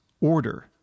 order